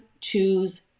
choose